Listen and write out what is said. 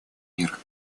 мира